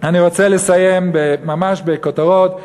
רבותי, אני רוצה לסיים ממש בכותרות.